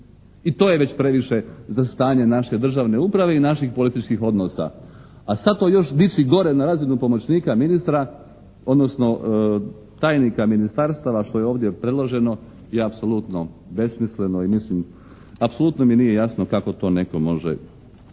I to je već previše za stanje naše državne uprave i naših političkih odnosa, a sad to još dići gore na razinu pomoćnika ministra odnosno tajnika ministarstava što je ovdje predloženo je apsolutno besmisleno i apsolutno mi nije jasno kako to netko može